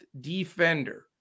defender